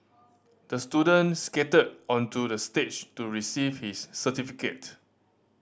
the student skated onto the stage to receive his certificate